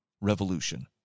revolution